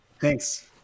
Thanks